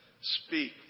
Speak